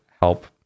help